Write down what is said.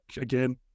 again